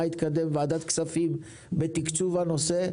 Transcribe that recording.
התקדם בוועדת כספים בעניין תקצוב הנושא,